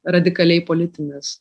radikaliai politinis